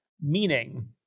meaning